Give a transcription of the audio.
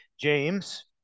James